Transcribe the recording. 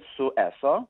su eso